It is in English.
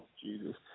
Jesus